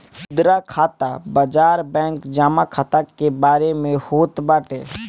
मुद्रा खाता बाजार बैंक जमा खाता के बारे में होत बाटे